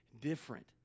different